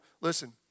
Listen